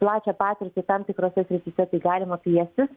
plačią patirtį tam tikrose srityse tai galima kviestis